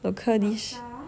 local dish